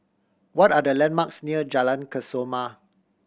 what are the landmarks near Jalan Kesoma